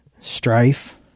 strife